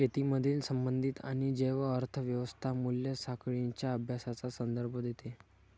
शेतीमधील संबंधित आणि जैव अर्थ व्यवस्था मूल्य साखळींच्या अभ्यासाचा संदर्भ देते